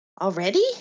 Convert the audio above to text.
Already